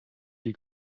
die